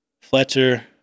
Fletcher